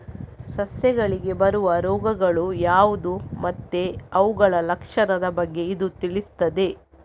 ಸಸ್ಯಗಳಿಗೆ ಬರುವ ರೋಗಗಳು ಯಾವ್ದು ಮತ್ತೆ ಅವುಗಳ ಲಕ್ಷಣದ ಬಗ್ಗೆ ಇದು ತಿಳಿಸ್ತದೆ